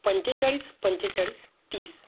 पंचेचाळीस पंचेचाळीस तीस